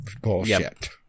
bullshit